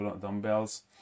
dumbbells